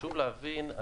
חשוב להבין,